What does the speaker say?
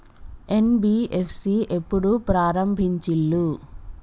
NBFC ఎప్పుడు ప్రారంభించిల్లు?